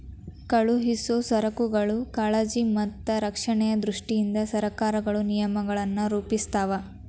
ಕಳುಹಿಸೊ ಸರಕುಗಳ ಕಾಳಜಿ ಮತ್ತ ರಕ್ಷಣೆಯ ದೃಷ್ಟಿಯಿಂದ ಸರಕಾರಗಳು ನಿಯಮಗಳನ್ನ ರೂಪಿಸ್ತಾವ